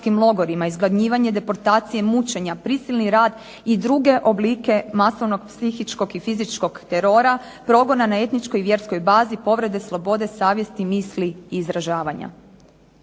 izgladnjivanje, deportacije, mučenja, prisilni rad i druge oblike masovnog psihičkog i fizičkog terora, progona na etničkoj i vjerskoj bazi, povrede slobode, savjesti, misli i izražavanja.